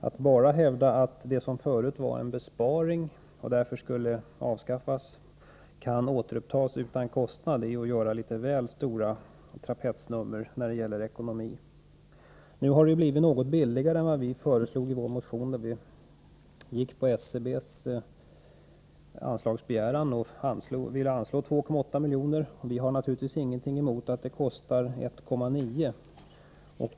Att bara hävda att det som förut skulle avskaffas för att ge en besparing kan återupptas utan kostnad, det är att göra litet väl stora trapetsnummer när det gäller ekonomi. Nu har det ju blivit något billigare än vad vi föreslog i vår motion, där vi utgick från SCB:s anslagsbegäran och ville anslå 2,8 milj.kr. Vi har naturligtvis ingenting emot att det kostar 1,9 milj.kr.